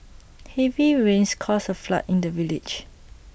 heavy rains caused A flood in the village